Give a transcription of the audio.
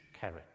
carrot